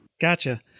Gotcha